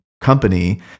Company